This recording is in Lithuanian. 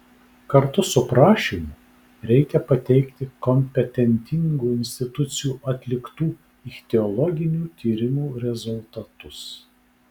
kartu su prašymu reikia pateikti kompetentingų institucijų atliktų ichtiologinių tyrimų rezultatus